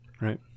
right